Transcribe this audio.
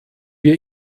wir